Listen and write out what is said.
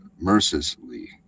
mercilessly